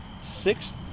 six